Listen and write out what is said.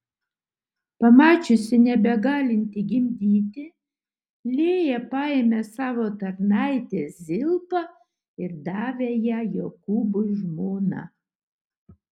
pamačiusi nebegalinti gimdyti lėja paėmė savo tarnaitę zilpą ir davė ją jokūbui žmona